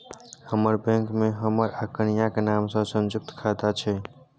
हमर बैंक मे हमर आ कनियाक नाम सँ संयुक्त खाता छै